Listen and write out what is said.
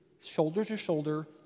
shoulder-to-shoulder